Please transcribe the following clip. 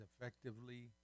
effectively